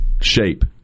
shape